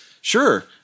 Sure